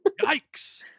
Yikes